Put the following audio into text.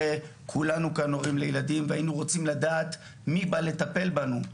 הרי כולנו כאן הורים לילדים והיינו רוצים לדעת מי בא לטפל בנו,